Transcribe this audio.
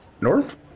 north